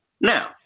Now